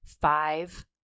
five